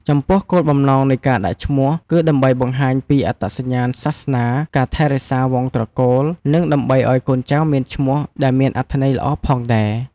ចំពោះគោលបំណងនៃការដាក់ឈ្មោះ គឺដើម្បីបង្ហាញពី អត្តសញ្ញាណសាសនា ការថែរក្សាវង្សត្រកូល និងដើម្បីឲ្យកូនចៅមានឈ្មោះដែលមានអត្ថន័យល្អផងដែរ។